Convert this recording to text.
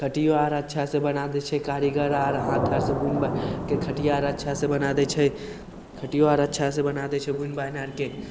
खटियोआर अच्छासँ बना दै छै कारीगर आर हाथ आरसँ बुनि बा खटियाआर अच्छासँ बना दै छै खटियो आर अच्छासँ बना दै छै बुनि बानि आरके